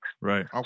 Right